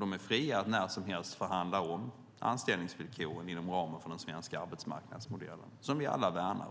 De är fria att när som helst förhandla om anställningsvillkoren, inom ramen för den svenska arbetsmarknadsmodellen, som vi alla värnar